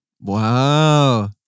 Wow